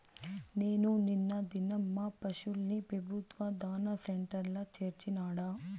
నేను నిన్న దినం మా పశుల్ని పెబుత్వ దాణా సెంటర్ల చేర్చినాడ